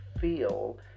feel